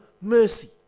mercy